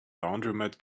laundromat